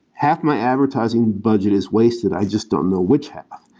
half my advertising budget is wasted. i just don't know which have.